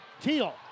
Teal